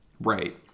Right